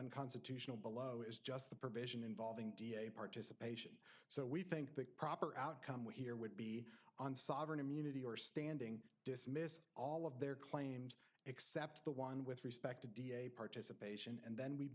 unconstitutional below is just the provision involving d a participation so we think that proper outcome we here would be on sovereign immunity or standing dismiss all of their claims except the one with respect to d a participation and then we